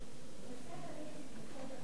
אדוני השר בגין, חברי חברי הכנסת,